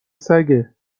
سگه